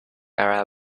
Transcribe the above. arab